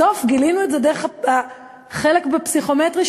בסוף גילינו את זה דרך החלק של האנגלית בפסיכומטרי.